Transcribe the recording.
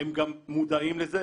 הם גם מודעים לזה,